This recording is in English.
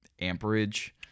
amperage